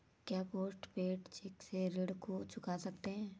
क्या post paid cheque से ऋण को चुका सकते हैं?